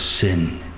sin